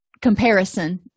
comparison